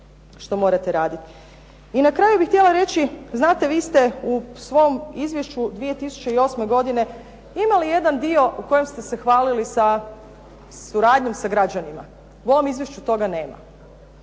I na kraju bih htjela reći. Znate vi ste u svom izvješću 2008. godine imali jedan dio u kojem ste se hvalili sa suradnjom sa građanima. U ovom izvješću toga nema.